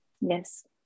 yes